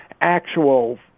actual